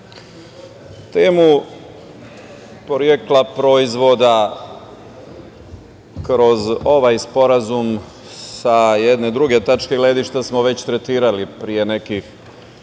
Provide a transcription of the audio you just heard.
temu porekla proizvoda kroz ovaj sporazum sa jedne druge tačke gledišta smo već tretirali pre nekih